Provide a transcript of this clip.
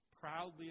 proudly